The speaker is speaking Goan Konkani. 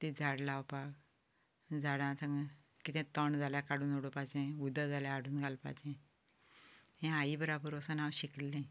झाडां लावपाक झाडांक कितेंय तण जाल्यार काडून उडोवपाचें उदक जाल्यार हाडून घालपाचें हें आई बरोबर वचून हांव शिकलें